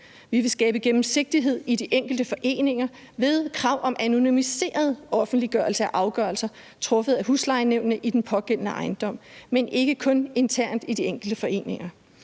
Vi vil skabe gennemsigtighed i de enkelte foreninger med krav om anonymiseret offentliggørelse af afgørelser truffet af huslejenævnene i den pågældende ejendom, men ikke kun internt i de enkelte foreninger.